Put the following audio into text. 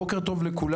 בוקר טוב לכולם,